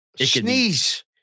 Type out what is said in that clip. Sneeze